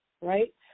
right